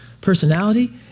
personality